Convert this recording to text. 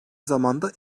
zamanda